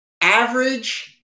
average